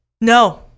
no